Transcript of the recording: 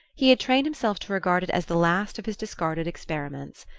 he had trained himself to regard it as the last of his discarded experiments.